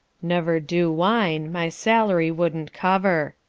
never do, wine, my salary wouldn't cover.